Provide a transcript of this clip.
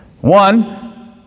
One